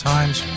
Times